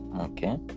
Okay